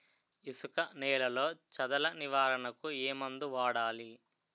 ఇసుక నేలలో చదల నివారణకు ఏ మందు వాడాలి?